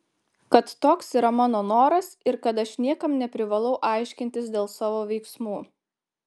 kad toks yra mano noras ir kad aš niekam neprivalau aiškintis dėl savo veiksmų